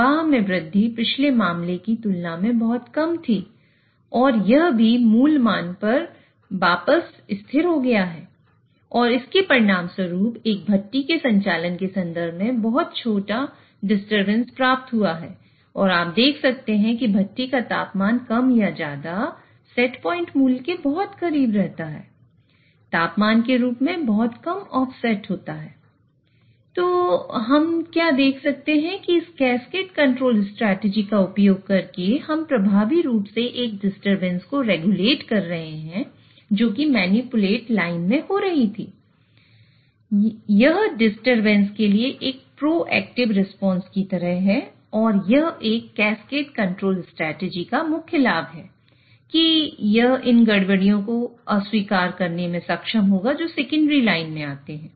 तो हम क्या देख सकते हैं कि इस कैस्केड कंट्रोल स्ट्रेटजी का मुख्य लाभ है कि यह इन डिस्टरबेंस को अस्वीकार करने में सक्षम होगा जो सेकेंडरी लाइन में आते हैं